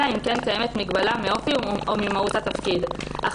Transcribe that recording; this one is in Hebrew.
אלא אם כן קיימת מגבלה מאופי או ממהות התפקיד אך